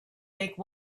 make